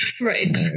Right